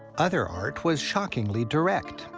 other art was shockingly direct.